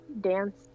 dance